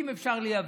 אם אפשר לייבא,